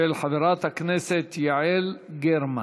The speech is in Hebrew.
של חברת הכנסת יעל גרמן.